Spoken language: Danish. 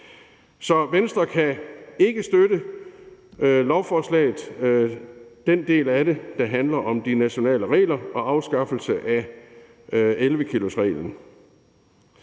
Så Venstre kan ikke støtte den del af lovforslaget, der handler om de nationale regler og en afskaffelse af 11-kilosreglen.